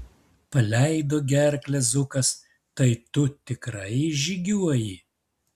paleido gerklę zukas tai tu tikrai išžygiuoji